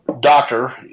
Doctor